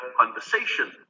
conversation